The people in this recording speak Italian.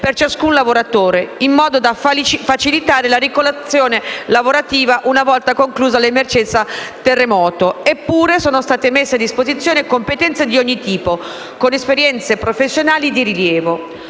per ciascun lavoratore in modo da facilitarne la ricollocazione lavorativa, una volta conclusa l'emergenza terremoto. Eppure, sono state messe a disposizione competenze di ogni tipo, con esperienze professionali di rilievo.